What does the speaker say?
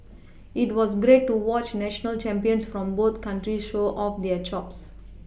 it was great to watch national champions from both countries show off their chops